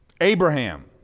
Abraham